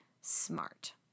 smart